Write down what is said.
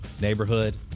neighborhood